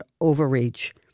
overreach